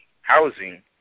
housing